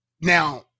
Now